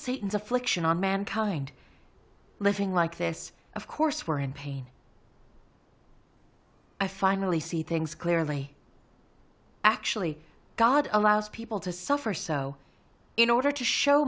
satan's affliction on mankind living like this of course we're in pain i finally see things clearly actually god allows people to suffer so in order to show